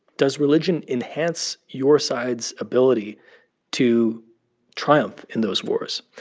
does religion enhance your side's ability to triumph in those wars?